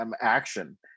action